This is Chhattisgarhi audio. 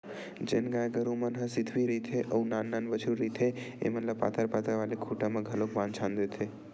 जेन गाय गरु मन ह सिधवी रहिथे अउ नान नान बछरु रहिथे ऐमन ल पातर पातर वाले खूटा मन म घलोक बांध छांद देथे